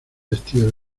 estío